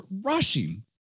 rushing